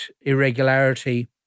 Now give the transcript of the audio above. irregularity